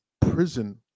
prison